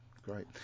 great